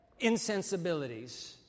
insensibilities